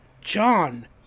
John